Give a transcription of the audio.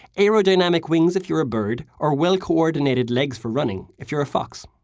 aerodynamic wings if you're a bird, or well coordinated legs for running if you're a fox.